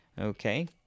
Okay